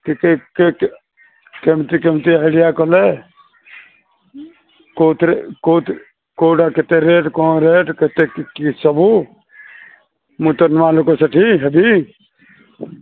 ଟିକେ କେମିତି କେମିତି ଆଇଡିଆ କଲେ କୋଉଥିରେ କୋଉ କୋଉଟା କେତେ ରେଟ୍ କ'ଣ ରେଟ୍ କେତେ କି ସବୁ ମୁଁ ତ ନୂଆ ଲୋକ ସେଠି ହେବି